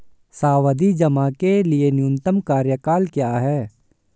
सावधि जमा के लिए न्यूनतम कार्यकाल क्या है?